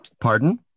Pardon